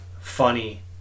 funny